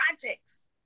projects